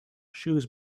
shoes